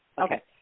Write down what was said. Okay